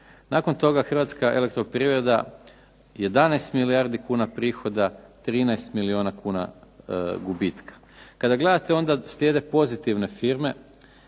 Nakon toga Hrvatska elektroprivreda 11 milijardi kuna prihoda 13 milijuna kuna gubitka. Kada gledate onda slijede pozitivne firme